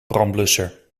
brandblusser